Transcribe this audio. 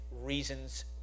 reasons